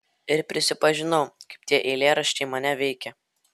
ir prisipažinau kaip tie eilėraščiai mane veikia